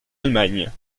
allemagne